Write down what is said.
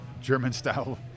German-style